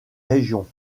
régions